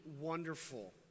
wonderful